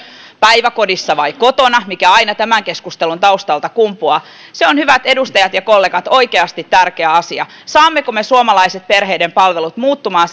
päiväkodissa vai kotona mikä aina tämän keskustelun taustalta kumpuaa se on hyvät edustajat ja kollegat oikeasti tärkeä asia saammeko me suomalaiset perheiden palvelut muuttumaan